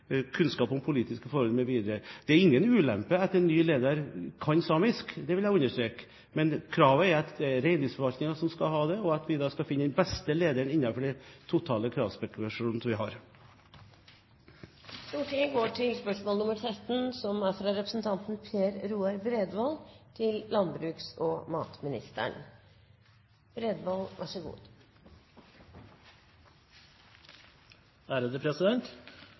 kunnskap om politiske forhold m.v. Det er ingen ulempe at en ny leder kan samisk – det vil jeg understreke – men kravet er at det er reindriftsforvaltningen som skal ha språklig kompetanse. Vi skal finne den beste lederen innenfor de totale kravspesifikasjonene som vi har. Jeg ønsker å stille følgende spørsmål til landbruks- og matministeren: «Norsk landbruk er